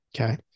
Okay